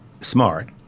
smart